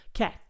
okay